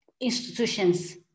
institutions